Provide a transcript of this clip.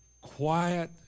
quiet